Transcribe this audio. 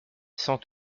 sans